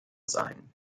sein